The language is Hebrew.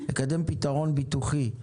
לקדם פתרון ביטוחי,